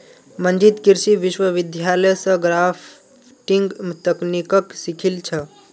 मंजीत कृषि विश्वविद्यालय स ग्राफ्टिंग तकनीकक सीखिल छ